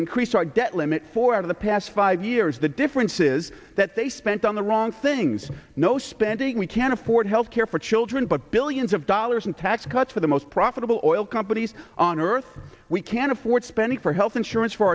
increase our debt limit for the past five years the difference is that they spent on the wrong things no spending we can't afford health care for children but billions of dollars in tax cuts for the most profitable or oil companies on earth we can't afford spending for health insurance for